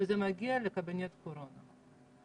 וזה מגיע לקבינט קורונה.